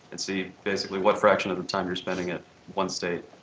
and see basically what fraction of the time you're spending at one state.